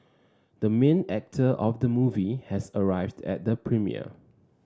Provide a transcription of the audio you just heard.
the main actor of the movie has arrived at the premiere